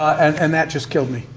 and that just killed me.